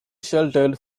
sheltered